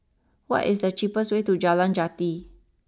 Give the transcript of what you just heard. what is the cheapest way to Jalan Jati